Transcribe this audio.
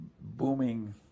booming